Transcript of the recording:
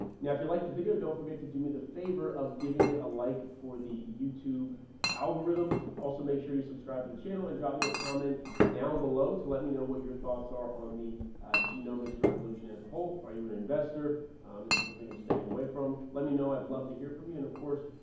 now, if you liked the video, don't forget to do me the favor of giving it a like for the youtube algorithm. also make sure you subscribe to the channel and drop me a comment down below to let me know what your thoughts are on the genomics revolution as a whole. are you an investor? um, is it something you're staying away from? let me know. i'd love to hear from you. and of course,